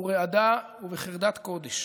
ורעדה ובחרדת קודש.